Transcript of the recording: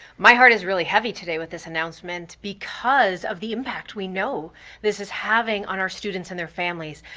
my heart is really heavy today with this announcement because of the impact we know this is having on our students and their families,